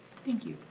thank you.